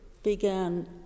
began